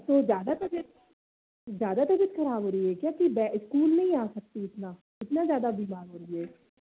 तो ज़्यादा तबीयत कुछ ज़्यादा तबीयत ख़राब हो रही है क्या इसकूल नहीं आ सकती इतना इतना ज़्यादा बीमार हो रही हैं